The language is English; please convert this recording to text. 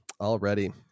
Already